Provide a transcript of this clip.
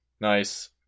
Nice